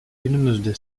günümüzde